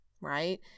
right